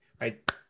right